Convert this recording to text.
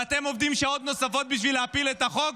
ואתם עובדים שעות נוספות בשביל להפיל את החוק?